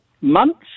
months